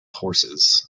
horses